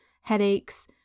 headaches